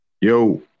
Yo